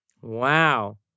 Wow